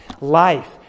Life